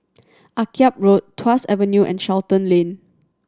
Akyab Road Tuas Avenue and Charlton Lane